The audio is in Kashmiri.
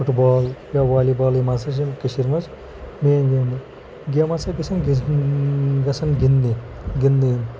فُٹ بال یا والی بال یِم ہَسا چھِ کٔشیٖرِ منٛز مین گیمٕز گیمہٕ ہَسا گژھان گژھان گِنٛدنہِ گِنٛدنہٕ یِن